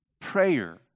prayer